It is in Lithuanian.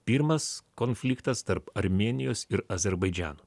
pirmas konfliktas tarp armėnijos ir azerbaidžano